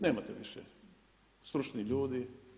Nemate više stručnih ljudi.